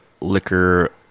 liquor